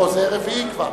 אוה, זה רביעית כבר.